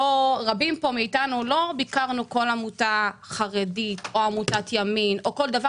רבים מאיתנו לא ביקרו כל עמותה חרדית או כל דבר